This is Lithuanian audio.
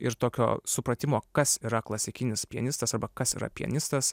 ir tokio supratimo kas yra klasikinis pianistas arba kas yra pianistas